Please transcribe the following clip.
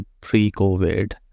pre-COVID